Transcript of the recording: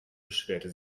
beschwerte